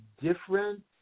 different